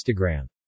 Instagram